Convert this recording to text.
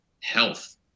health